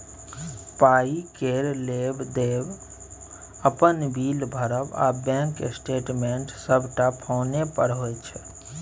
पाइ केर लेब देब, अपन बिल भरब आ बैंक स्टेटमेंट सबटा फोने पर होइ छै